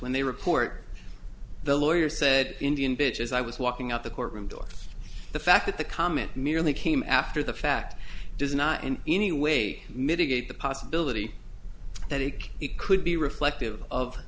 when they report the lawyer said indian bitch as i was walking out the courtroom door the fact that the comment merely came after the fact does not in any way mitigate the possibility that it could be reflective